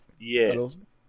Yes